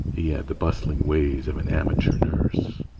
he had the bustling ways of an amateur nurse.